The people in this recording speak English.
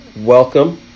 Welcome